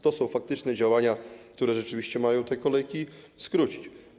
To są faktyczne działania, które rzeczywiście mają te kolejki skrócić.